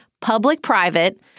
public-private